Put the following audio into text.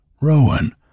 Rowan